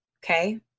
Okay